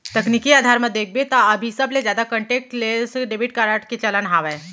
तकनीकी अधार म देखबे त अभी सबले जादा कांटेक्टलेस डेबिड कारड के चलन हावय